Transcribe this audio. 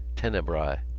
tenebrae.